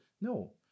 No